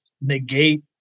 negate